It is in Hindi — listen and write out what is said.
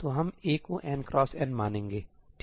तो हम A को n x n मानेंगे ठीक है